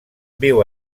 viu